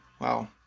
wow